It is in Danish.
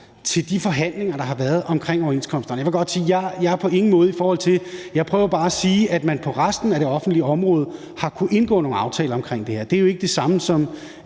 til de forhandlinger, der har været omkring overenskomsterne. Jeg prøver bare at sige, at man på resten af det offentlige område har kunnet indgå nogle aftaler om det her. Det er jo ikke det samme, som